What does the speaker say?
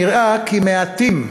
נראה כי מעטים,